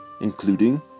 including